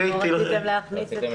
רציתם